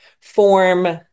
form